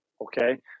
okay